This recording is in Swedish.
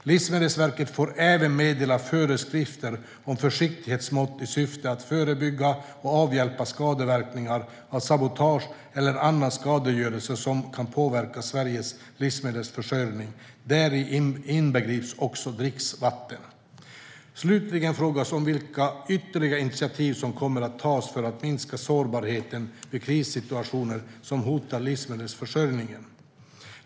Livsmedelsverket får även meddela föreskrifter om försiktighetsmått i syfte att förebygga och avhjälpa skadeverkningarna av sabotage eller annan skadegörelse som kan påverka Sveriges livsmedelsförsörjning, däri inbegrips också dricksvatten. Slutligen frågas om vilka ytterligare initiativ som kommer att tas för att minska sårbarheten vid krissituationer som hotar livsmedelsförsörjningen.